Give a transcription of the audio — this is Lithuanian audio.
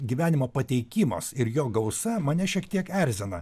gyvenimo pateikimas ir jo gausa mane šiek tiek erzina